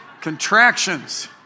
contractions